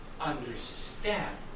understand